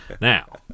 Now